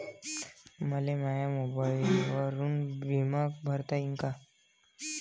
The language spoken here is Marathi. मले माया मोबाईलवरून बिमा भरता येईन का?